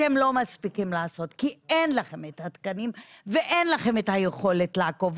אתם לא מספיקים לעשות כי אין לכם את התקנים ואין לכם את היכולת לעקוב,